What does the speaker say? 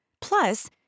Plus